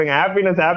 happiness